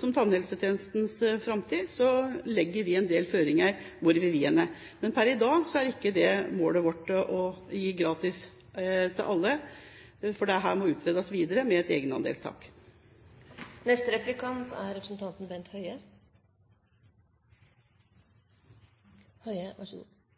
2006–2007 Om framtidens tannhelsetjeneste legger vi en del føringer for hvor vi vil. Men per i dag er det ikke målet vårt å gi gratis behandling til alle, for dette må utredes videre med et